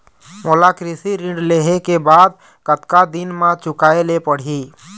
मोला कृषि ऋण लेहे के बाद कतका दिन मा चुकाए ले पड़ही?